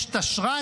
יש תשר"ת,